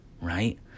right